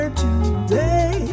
today